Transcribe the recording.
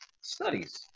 studies